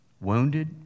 wounded